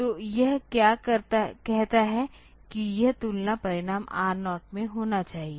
तो यह क्या कहता है कि यह तुलना परिणाम R0 में होना चाहिए